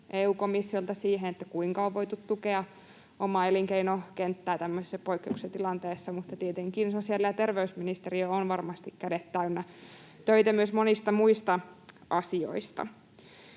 EU-komissiolta siihen, kuinka on voitu tukea omaa elinkeinokenttää tämmöisessä poikkeuksellisessa tilanteessa, mutta tietenkin sosiaali- ja terveysministeriö on varmasti kädet täynnä töitä myös monista muista asioista.